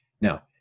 Now